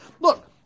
Look